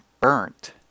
burnt